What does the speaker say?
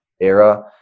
era